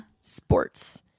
sports